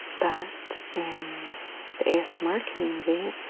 but in the asmr community,